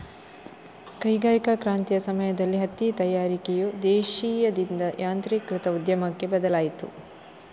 ಕೈಗಾರಿಕಾ ಕ್ರಾಂತಿಯ ಸಮಯದಲ್ಲಿ ಹತ್ತಿ ತಯಾರಿಕೆಯು ದೇಶೀಯದಿಂದ ಯಾಂತ್ರೀಕೃತ ಉದ್ಯಮಕ್ಕೆ ಬದಲಾಯಿತು